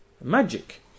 magic